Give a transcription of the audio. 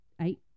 eight